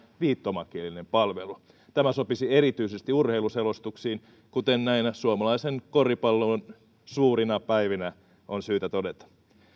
viittomakielinen palvelu tämä sopisi erityisesti urheiluselostuksiin kuten näinä suomalaisen koripallon suurina päivinä on syytä todeta